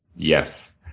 yes.